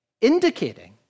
Indicating